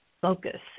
focus